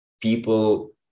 people